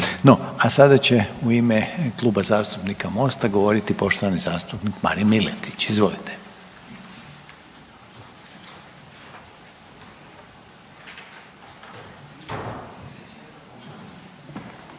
No, a sada će u ime Kluba zastupnika MOST-a govoriti poštovani zastupnik Marin Miletić. Izvolite.